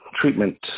treatment